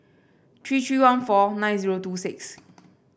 three three one four nine zero two six